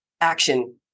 Action